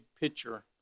picture